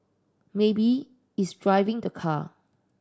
maybe it's driving the car